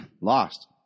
lost